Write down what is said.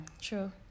True